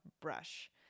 brush